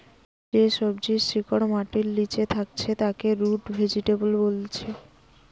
যে সবজির শিকড় মাটির লিচে থাকছে তাকে রুট ভেজিটেবল বোলছে